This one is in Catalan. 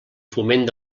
foment